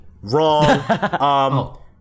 Wrong